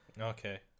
Okay